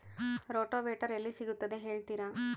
Rotavator ಎಲ್ಲಿ ಸಿಗುತ್ತದೆ ಹೇಳ್ತೇರಾ?